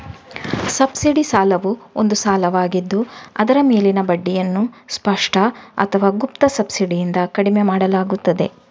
subsidy ಸಾಲವು ಒಂದು ಸಾಲವಾಗಿದ್ದು ಅದರ ಮೇಲಿನ ಬಡ್ಡಿಯನ್ನು ಸ್ಪಷ್ಟ ಅಥವಾ ಗುಪ್ತ ಸಬ್ಸಿಡಿಯಿಂದ ಕಡಿಮೆ ಮಾಡಲಾಗುತ್ತದೆ